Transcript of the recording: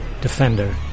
Defender